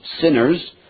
sinners